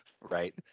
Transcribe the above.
Right